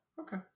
Okay